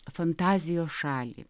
fantazijos šalį